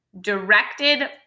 directed